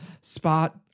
spot